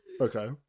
okay